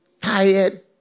tired